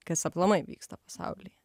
kas aplamai vyksta pasaulyje